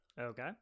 Okay